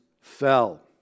fell